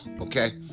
Okay